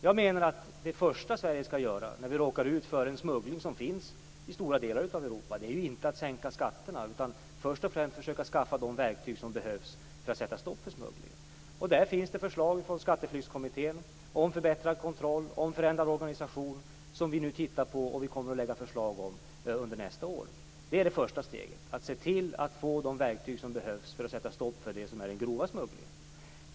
Jag menar att det första Sverige skall göra när vi råkar ut för den smuggling som finns i stora delar av Europa inte är att sänka skatterna, utan att försöka skaffa de verktyg som behövs för att sätta stopp för smugglingen. Det finns förslag från Skatteflyktskommittén om förbättrad kontroll och om förändrad organisation, som vi nu studerar. Vi kommer att lägga fram förslag med anledning av dem under nästa år. Det är det första steget: att se till att få de verktyg som behövs för att sätta stopp för den grova smugglingen.